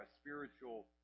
spiritual